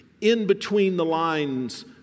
in-between-the-lines